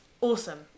Awesome